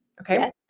Okay